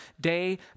day